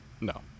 No